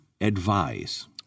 advise